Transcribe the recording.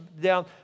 down